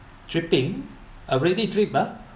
dripping already drip ah